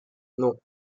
non